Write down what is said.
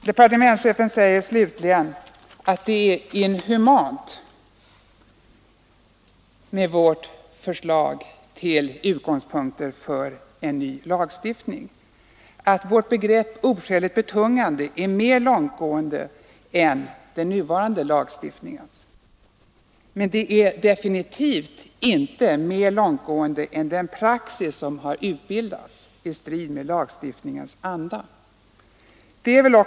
Departementschefen säger slutligen att det är inhumant med vårt förslag till utgångspunkter för en ny lagstiftning och att vårt begrepp ”oskäligt betungande” är mer långtgående än den nuvarande lagstiftningen. Men det är definitivt inte mer långtgående än den praxis som har utbildats i strid med lagstiftningens anda.